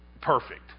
perfect